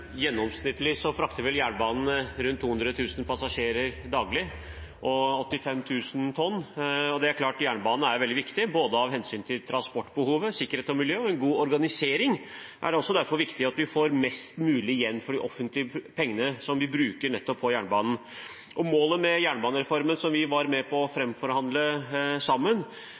jernbanen cirka 200 000 passasjerer og 85 000 tonn daglig. Det er klart jernbanen er veldig viktig med hensyn til både transportbehov, sikkerhet og miljø. Derfor er en god organisering viktig, det at vi får mest mulig igjen for de offentlige pengene som vi bruker nettopp på jernbanen. Målet med jernbanereformen, som vi var med på å framforhandle sammen